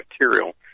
material